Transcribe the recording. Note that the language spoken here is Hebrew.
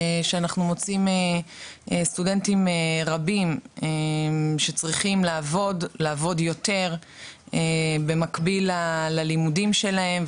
שאנחנו מוציאים סטודנטים רבים שצריכים לעבוד יותר במקביל ללימודים שלהם,